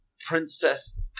Princess